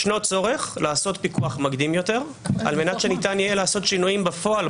יש צורך לעשות פיקוח מקדים על מנת שניתן יהיה לעשות שינויים בפועל.